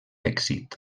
èxit